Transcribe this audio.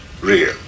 real